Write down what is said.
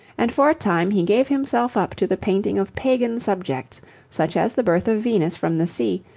and for a time he gave himself up to the painting of pagan subjects such as the birth of venus from the sea,